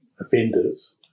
offenders